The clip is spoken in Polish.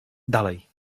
dalej